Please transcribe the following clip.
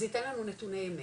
זה ייתן לנו נתוני אמת,